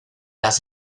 las